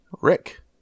Rick